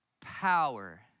power